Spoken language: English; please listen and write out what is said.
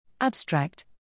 Abstract